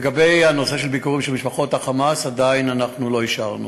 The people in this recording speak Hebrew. לגבי הנושא של ביקורים של משפחות אסירי ה"חמאס" עדיין לא אישרנו.